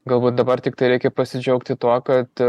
galbūt dabar tiktai reikia pasidžiaugti tuo kad